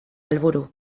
helburu